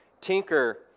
Tinker